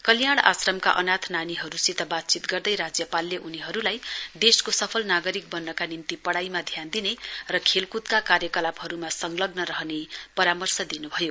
कल्याण आश्रामका अनाथ नानीहरुसित वातचीत गर्दै राज्यपालले उनीहरुलाई देशको सफल नागरिक वन्नका निम्ति पढ़ाइमा ध्यान दिने र खेलकुदका कार्यकलापहरुमा संलग्न रहने परामर्श दिन्भयो